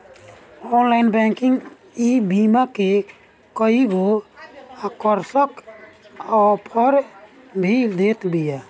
online banking ईबीमा के कईगो आकर्षक आफर भी देत बिया